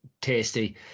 tasty